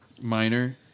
Minor